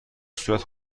صورت